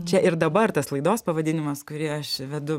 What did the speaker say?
čia ir dabar tas laidos pavadinimas kurį aš vedu